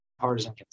partisan